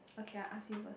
okay I ask you first